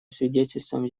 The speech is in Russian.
свидетельством